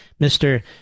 Mr